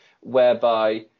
whereby